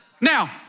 Now